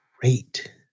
great